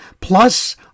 plus